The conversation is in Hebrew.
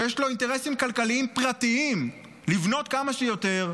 שיש לו אינטרסים כלכליים פרטיים לבנות כמה שיותר,